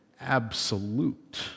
absolute